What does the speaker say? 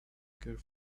care